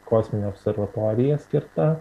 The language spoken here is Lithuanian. kosminė observatorija skirta